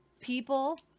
people